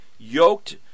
yoked